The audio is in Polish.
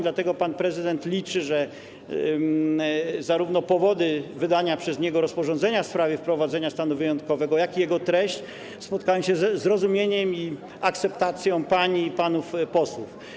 Dlatego pan prezydent liczy, że zarówno powody wydania przez niego rozporządzenia w sprawie wprowadzenia stanu wyjątkowego, jak i jego treść spotkają się ze zrozumieniem i akceptacją pań i panów posłów.